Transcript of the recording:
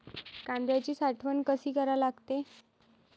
कांद्याची साठवन कसी करा लागते?